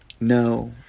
No